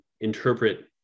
interpret